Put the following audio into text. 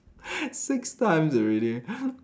six times already